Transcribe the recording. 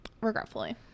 Regretfully